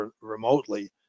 remotely